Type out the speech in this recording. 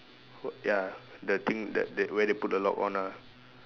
w~ ya the thing that that where they put the lock on ah